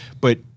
But-